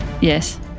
Yes